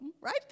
right